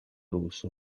rosso